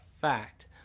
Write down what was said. fact